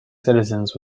citizens